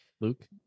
luke